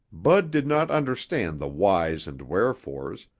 bud did not understand the whys and wherefores,